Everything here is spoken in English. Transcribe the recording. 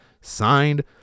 signed